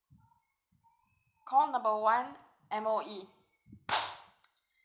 call number one M_O_E